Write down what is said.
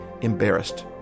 embarrassed